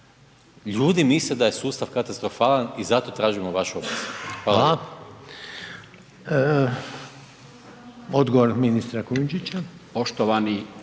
ljudi misle da je sustav katastrofalan i zato tražimo vaš opoziv. Hvala lijepo. **Reiner, Željko